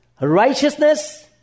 righteousness